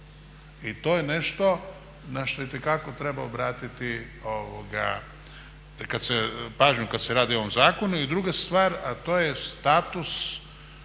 I to je nešto na što itekako treba obratiti pažnju kad se radi o ovom zakonu. I druga stvar, to je status